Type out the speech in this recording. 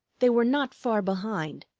they were not far behind,